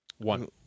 One